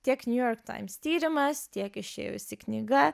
tiek new york times tyrimas tiek išėjusi knyga